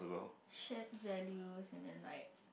shared values and then like